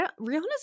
Rihanna's